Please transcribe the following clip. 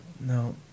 no